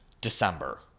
December